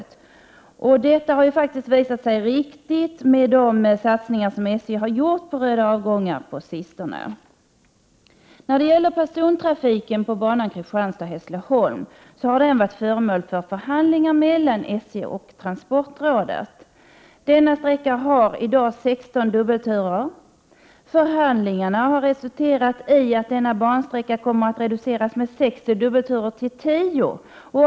Att detta är riktigt har ju faktiskt visat sig genom de satsningar på röda avgångar som SJ har gjort på sistone. Persontrafiken på banan Kristianstad-Hässleholm har varit föremål för förhandlingar mellan SJ och transportrådet. Denna sträcka har i dag 16 dubbelturer. Förhandlingarna har resulterat i att trafiken på denna bansträcka kommer att reduceras med 6 dubbelturer till 10.